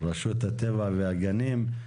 רשות הטבע והגנים.